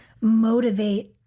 motivate